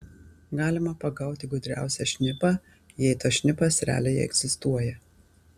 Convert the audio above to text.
galima pagauti gudriausią šnipą jei tas šnipas realiai egzistuoja